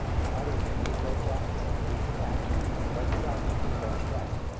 and others in neat red jackets, peaked caps, and white trousers with red stripes.